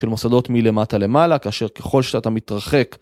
של מוסדות מלמטה למעלה כאשר ככל שאתה מתרחק,